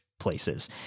Places